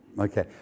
Okay